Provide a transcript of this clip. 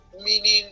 meaning